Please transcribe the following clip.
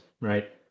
right